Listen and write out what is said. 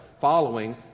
following